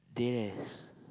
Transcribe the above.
dead ass